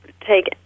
take